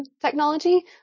technology